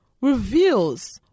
reveals